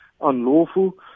unlawful